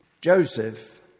Joseph